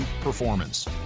performance